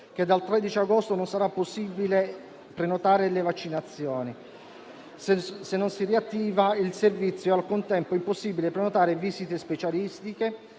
che dal 13 agosto non sarà possibile prenotare le vaccinazioni. Se non si riattiva il servizio, al contempo è impossibile prenotare visite specialistiche,